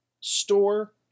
store